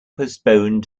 postponed